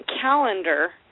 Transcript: calendar